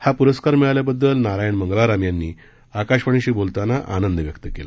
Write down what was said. हा पुरस्कार मिळाल्याबद्दल नारायण मंगलाराम यांनी आकाशवाणीशी बोलताना आनंद व्यक्त केला